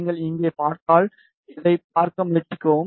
நீங்கள் இங்கே பார்த்தால் இதைப் பார்க்க முயற்சிக்கவும்